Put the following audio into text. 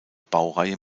baureihe